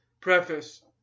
Preface